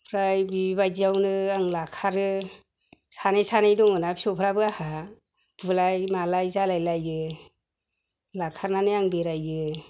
ओमफ्राय बेबायदियावनो आं लाखारो सानै सानै दङना फिसौफोराबो आंहा बुलाय मालाय जालायलायो लाखारनानै आं बेरायो